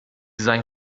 sei